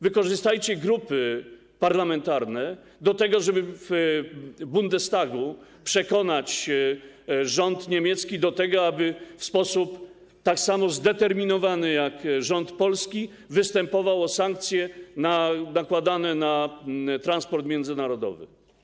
Wykorzystajcie grupy parlamentarne do tego, żeby w Bundestagu przekonać rząd niemiecki do tego, aby w sposób tak samo zdeterminowany jak polski rząd występował o sankcje nakładane na transport międzynarodowy.